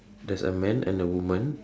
there's a man and a woman